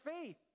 faith